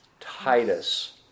Titus